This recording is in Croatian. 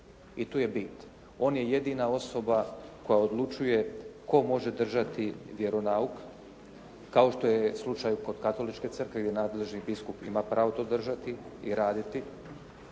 I tu je bit. On je jedina osoba koja odlučuje tko može držati vjeronauk kao što je slučaj kod Katoličke crkve gdje nadležni biskup ima pravo to držati i raditi,